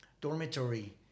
dormitory